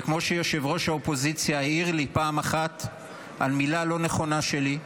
כמו שיושב-ראש האופוזיציה העיר לי פעם אחת על מילה לא נכונה שלי,